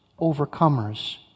overcomers